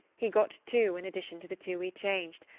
he got two in addition to the two we changed,